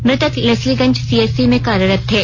मृतक लेस्लीगंज सीएचसी में कार्यरत थे